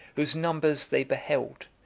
whose numbers they beheld,